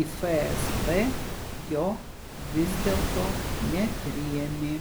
į fsb jo vis dėlto nepriėmė